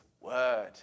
word